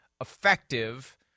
effective